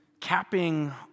capping